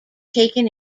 taken